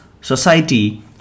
society